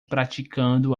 praticando